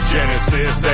Genesis